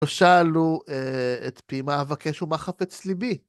לא שאלו את פי מה אבקש ומה חפץ לבי.